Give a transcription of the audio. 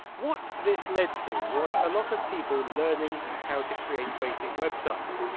what this led to, was a lot of people learning how to create basic websites.